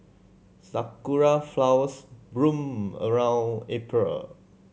sakura flowers bloom around April